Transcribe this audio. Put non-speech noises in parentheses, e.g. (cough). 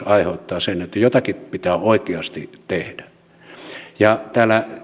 (unintelligible) aiheuttaa sen että jotakin pitää oikeasti tehdä täällä